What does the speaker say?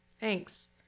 thanks